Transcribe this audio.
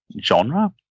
genre